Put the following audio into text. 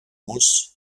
muss